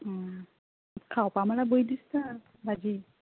खावपा म्हणल्यार भंय दिसता भाजी